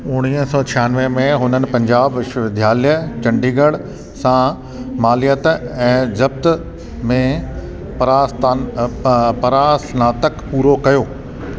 उणिवीह सौ छहानवे में हुननि पंजाब विश्वविद्यालय चंडीगढ़ सां मालियाति ऐं ज़ब्त में परास्तन परास्नातक पूरो कयो